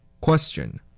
Question